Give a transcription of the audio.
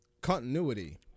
continuity